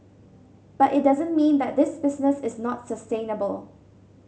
but it doesn't mean that this business is not sustainable